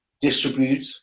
distribute